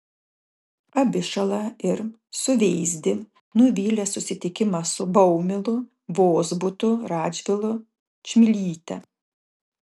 abišalą ir suveizdį nuvylė susitikimas su baumilu vozbutu radžvilu čmilyte